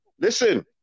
listen